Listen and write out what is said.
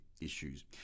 issues